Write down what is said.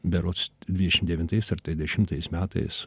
berods dvidešimt devintais ar tai dešimtais metais